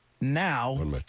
Now